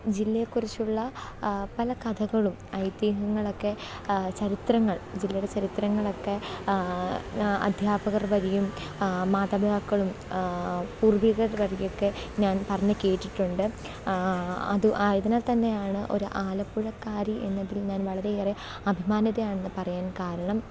ജില്ലയെക്കുറിച്ചുള്ള പല കഥകളും ഐതീഹങ്ങളൊക്കെ ചരിത്രങ്ങൾ ജില്ലയുടെ ചരിത്രങ്ങളൊക്കെ അദ്ധ്യാപകർ വഴിയും മാതാപിതാക്കളും പൂർവികർ വഴിയൊക്കെ ഞാൻ പറഞ്ഞ് കേട്ടിട്ടുണ്ട് അത് ആയതിനാൽ തന്നെയാണ് ഒരു ആലപ്പുഴക്കാരി എന്നതിൽ ഞാൻ വളരെയേറെ അഭിമാനിതയാണെന്ന് പറയാൻ കാരണം